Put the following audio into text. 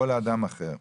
או לאדם אחר.